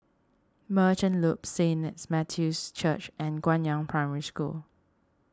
Merchant Loop Saint Matthew's Church and Guangyang Primary School